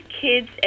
kids